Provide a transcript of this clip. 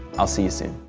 i'll see you soon.